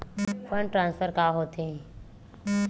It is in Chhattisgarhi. फंड ट्रान्सफर का होथे?